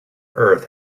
earth